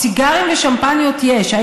סיגרים ושמפניות, יש.